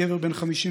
גבר בן 55,